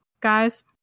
guys